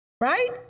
right